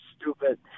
stupid